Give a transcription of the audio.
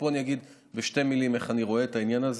פה אני אגיד בשתי מילים איך אני רואה את העניין הזה.